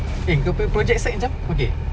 eh kau punya project site macam okay